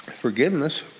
forgiveness